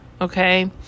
Okay